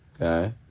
okay